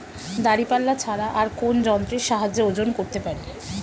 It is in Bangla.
দাঁড়িপাল্লা ছাড়া আর কোন যন্ত্রের সাহায্যে ওজন করতে পারি?